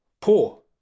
poor